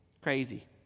crazy